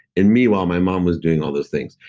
and meanwhile, my mom was doing all those things.